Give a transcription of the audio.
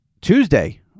Tuesday